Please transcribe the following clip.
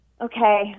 Okay